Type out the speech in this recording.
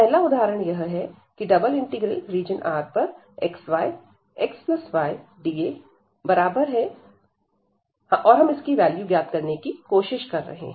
पहला उदाहरण यह है ∬RxyxydA और हम इसकी वैल्यू ज्ञात करने की कोशिश कर रहे हैं